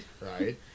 right